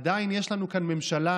עדיין יש לנו כאן ממשלה,